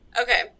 Okay